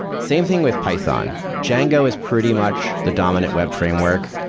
same thing with python. django is pretty much the dominant web framework.